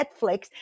Netflix